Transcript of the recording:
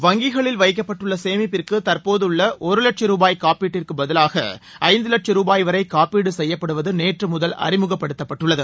வங்கிகளில் வைக்கப்பட்டுள்ள சேமிப்பிற்கு தற்போதுள்ள ஒரு வட்ச ரூபாய் காப்பீட்டிற்கு பதிலாக ஐந்து வட்ச ருபாய் வரை காப்பீடு செய்யப்படுவது நேற்று முதல் அறிமுகப்படுத்தப்பட்டுள்ளது